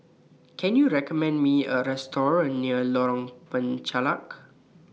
Can YOU recommend Me A Restaurant near Lorong Penchalak